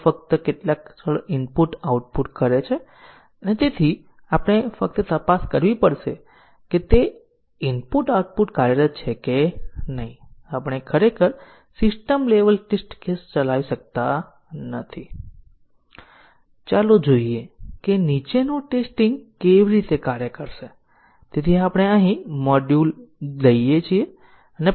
જો પરિવર્તિત કાર્યક્રમ માટે ટેસ્ટીંગ ના કેસો પસાર થાય છે તો આપણે કહીએ છીએ કે પરિવર્તક જીવંત છે અને તે મ્યુટેશન ટેસ્ટીંગ માં વપરાતી પરિભાષા છે અને પછી આપણે વધારાના ટેસ્ટીંગ કેસો તૈયાર કર્યા છે વધુ ટેસ્ટીંગ કેસ ચલાવો જ્યાં સુધી કોઈ ટેસ્ટીંગ કેસ ભૂલને ફ્લેગ કરવામાં નિષ્ફળ જાય ત્યાં સુધી